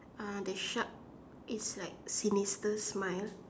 uh the shark is like sinister smile